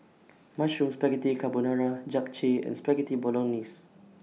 Mushroom Spaghetti Carbonara Japchae and Spaghetti Bolognese